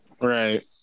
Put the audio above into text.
right